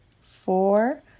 four